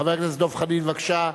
חבר הכנסת דב חנין, בבקשה.